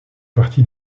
parti